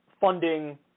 funding